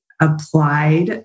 applied